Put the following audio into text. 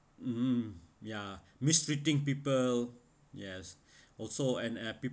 (uh huh) yeah mistreating people yes also and uh